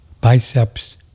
biceps